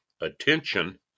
attention